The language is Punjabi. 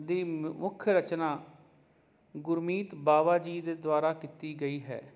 ਦੀ ਮੁੱਖ ਰਚਨਾ ਗੁਰਮੀਤ ਬਾਵਾ ਜੀ ਦੇ ਦੁਆਰਾ ਕੀਤੀ ਗਈ ਹੈ